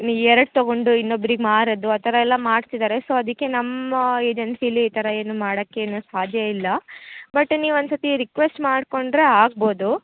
ಎರಡು ತೊಗೊಂಡು ಇನ್ನೊಬ್ರಿಗೆ ಮಾರೋದು ಆ ಥರ ಎಲ್ಲ ಮಾಡ್ತಿದ್ದಾರೆ ಸೊ ಅದಕ್ಕೆ ನಮ್ಮ ಏಜನ್ಸಿಲ್ಲಿ ಈ ಥರ ಏನು ಮಾಡೋಕ್ಕೆ ಏನೂ ಸಾಧ್ಯಯಿಲ್ಲ ಬಟ್ ನೀವು ಒಂದು ಸರ್ತಿ ರಿಕ್ವೆಸ್ಟ್ ಮಾಡಿಕೊಂಡ್ರೆ ಆಗ್ಬೋದು